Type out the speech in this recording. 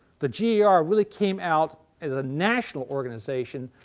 the gar really came out as a national organization,